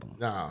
No